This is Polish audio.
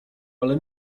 ale